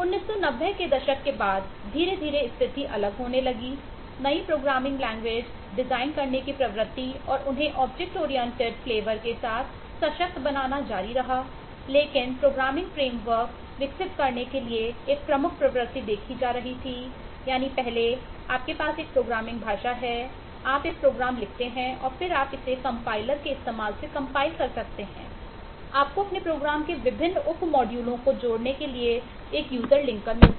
1990 के दशक के बाद धीरे धीरे स्थिति अलग होने लगी नई प्रोग्रामिंग लैंग्वेज मिलता